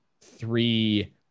three